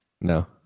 No